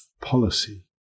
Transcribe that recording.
policy